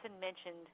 mentioned